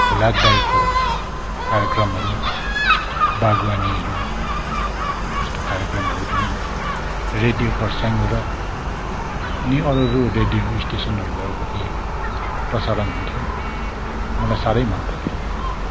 हुलाक दाइको कार्यक्रमहरू बागवानीहरू जस्तो कार्यक्रमहरू जुन रेडियो खर्साडबाट अनि अरू अरू रेडियो स्टेसनहरूबाट पनि प्रसारण हुन्थ्यो मलाई साह्रै मनपर्थ्यो